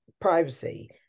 privacy